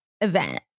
event